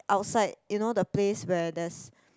outside you know the place where there's